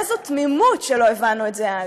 איזו תמימות שלא הבנו את זה אז.